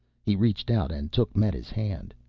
he reached out and took meta's hand.